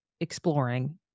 exploring